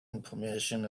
information